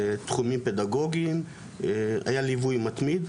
לתחומים פדגוגיים, היה ליווי מתמיד.